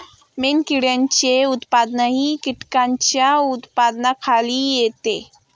मेणकिड्यांचे उत्पादनही कीटकांच्या उत्पादनाखाली येते